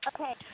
Okay